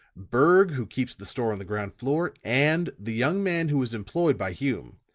berg, who keeps the store on the ground floor and the young man who was employed by hume.